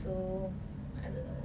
so I don't know